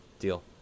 deal